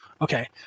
Okay